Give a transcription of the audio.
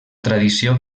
tradició